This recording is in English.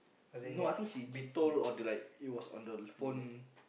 no I think she told on the like it was on the phone